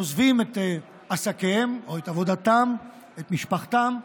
עוזבים את עסקיהם או את עבודתם, את משפחתם,